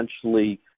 essentially